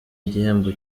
igihembo